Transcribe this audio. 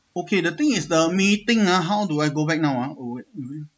okay the thing is the meeting ah how do I go back now ah oh wait mmhmm